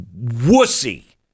wussy